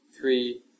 three